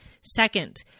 Second